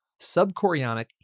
subchorionic